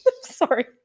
Sorry